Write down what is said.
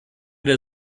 der